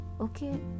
okay